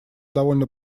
довольно